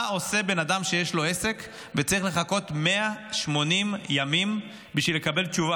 מה עושה בן אדם שיש לו עסק וצריך לחכות 180 ימים בשביל לקבל תשובה?